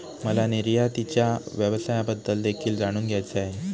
मला निर्यातीच्या व्यवसायाबद्दल देखील जाणून घ्यायचे आहे